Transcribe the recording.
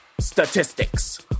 statistics